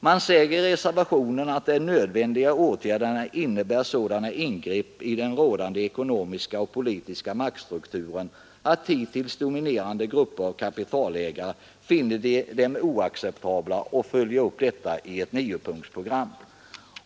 Man säger i reservationen att de nödvändiga åtgärderna innebär sådana ingrepp i den rådande ekonomiska och politiska markstrukturen att hittills dominerande grupper av kapitalägare finner dem oacceptabla. Man följer upp detta i ett niopunktsprogram.